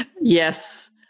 yes